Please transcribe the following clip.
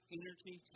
energy